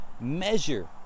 measure